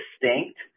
distinct